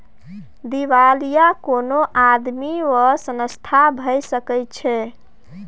दिवालिया कोनो आदमी वा संस्था भए सकैत छै